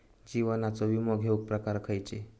जीवनाचो विमो घेऊक प्रकार खैचे?